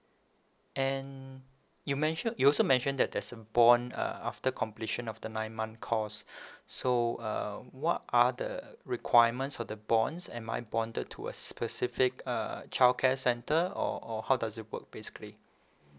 and you mentioned you also mention that there's a bond uh after completion of the nine month course so uh what are the requirements of the bonds am I bonded to a specific uh childcare centre or or how does it work basically